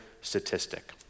statistic